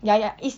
ya ya is